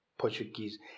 Portuguese